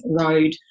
road